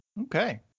Okay